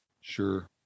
Sure